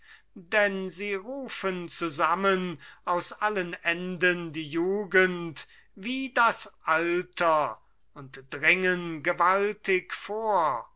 denn sie rufen zusammen aus allen enden die jugend wie das alter und dringen gewaltig vor